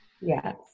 Yes